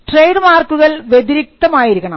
trade മാർക്കുകൾ വ്യതിരിക്തം ആയിരിക്കണം